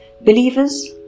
Believers